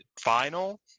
final